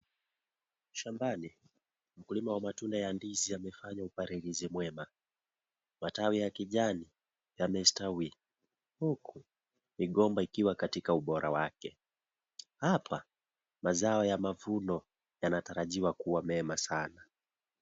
Shambani mkulima wa matunda ya ndizi amefanya upalilizi mwema. Matawi ya kijani, yamestawili. Huku migomba ikiwa katika ubora wake. Hapa, mazao ya mavuno yanatarajiwa kuwa mema sana.